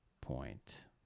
point